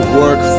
work